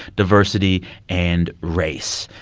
diversity and race.